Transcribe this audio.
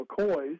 McCoys